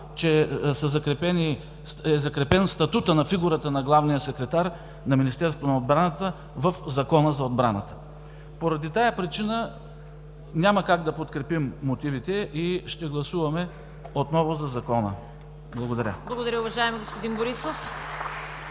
че е закрепен статутът на главния секретар на Министерството на отбраната в Закона за отбраната. Поради тази причина няма как да подкрепим мотивите и ще гласуваме отново за Закона. Благодаря. (Ръкопляскания.)